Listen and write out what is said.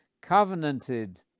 covenanted